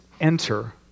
enter